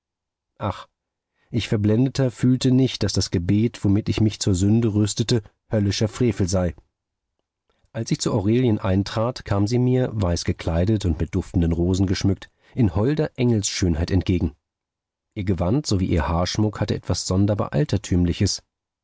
ach ich verblendeter fühlte nicht daß das gebet womit ich mich zur sünde rüstete höllischer frevel sei als ich zu aurelien eintrat kam sie mir weiß gekleidet und mit duftenden rosen geschmückt in holder engelsschönheit entgegen ihr gewand sowie ihr haarschmuck hatte etwas sonderbar altertümliches